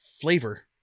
flavor